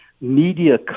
media